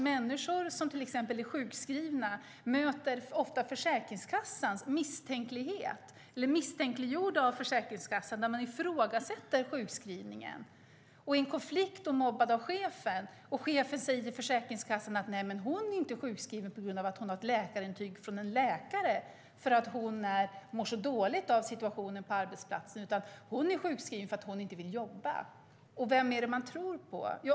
Människor som till exempel är sjukskrivna möter ofta misstänksamhet från Försäkringskassan som ifrågasätter sjukskrivningen. I en konflikt kan det vara så att man är mobbad av chefen och chefen säger till Försäkringskassan: Nej, hon är inte sjukskriven på grund av att hon har ett intyg från en läkare för att hon mår så dåligt av situationen på arbetsplatsen, utan hon är sjukskriven för att hon inte vill jobba. Vem är det då man tror på?